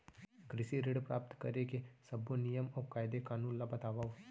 कृषि ऋण प्राप्त करेके सब्बो नियम अऊ कायदे कानून ला बतावव?